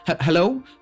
Hello